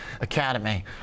Academy